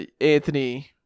Anthony